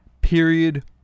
period